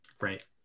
right